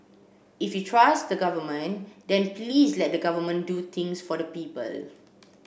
if you trust the government then please let the government do things for the people